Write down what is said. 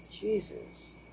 Jesus